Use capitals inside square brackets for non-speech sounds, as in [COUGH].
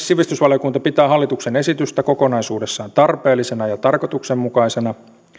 [UNINTELLIGIBLE] sivistysvaliokunta pitää hallituksen esitystä kokonaisuudessaan tarpeellisena ja tarkoituksenmukaisena